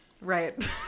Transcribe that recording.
Right